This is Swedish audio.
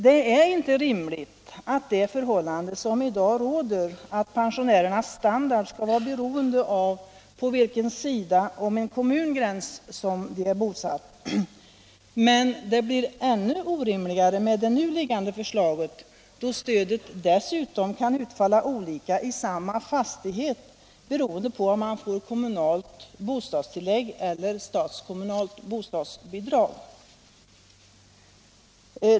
Det är inte rimligt med det förhållande som i dag råder, att pensionärernas standard skall vara beroende av på vilken sida om en kommungräns de är bosatta, men det blir ännu orimligare med det nu liggande förslaget, då stödet dessutom kan utfalla olika i samma fastighet beroende på om man får kommunalt bostadstillägg eller statskommunalt bostadsbidrag.